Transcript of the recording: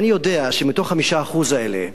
ואני יודע שמתוך ה-5% האלה,